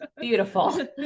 beautiful